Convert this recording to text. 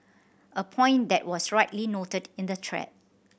a point that was rightly noted in the thread